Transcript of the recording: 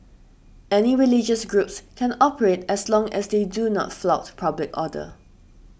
any religious groups can operate as long as they do not flout public order